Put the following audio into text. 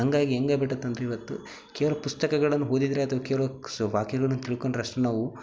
ಹಾಗಾಗಿ ಹೆಂಗೆ ಆಗ್ಬಿಟ್ಟತಂದ್ರೆ ಇವತ್ತು ಕೇವಲ ಪುಸ್ತಕಗಳನ್ನು ಓದಿದ್ರೆ ಅಥವಾ ಕೇವಲ ಕ್ಸ್ ವಾಕ್ಯಗಳನ್ನು ತಿಳ್ಕೊಂಡರಷ್ಟೆ ನಾವು